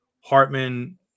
Hartman